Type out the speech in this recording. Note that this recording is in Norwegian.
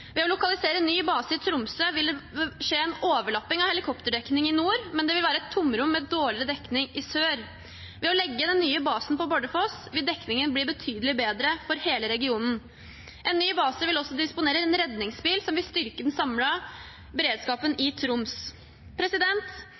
Ved å lokalisere en ny base i Tromsø vil det skje en overlapping av helikopterdekning i nord, men det vil være et tomrom med dårligere dekning i sør. Ved å legge den nye basen på Bardufoss vil dekningen bli betydelig bedre for hele regionen. En ny base vil også disponere en redningsbil, noe som vil styrke den samlede beredskapen i Troms.